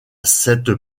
cette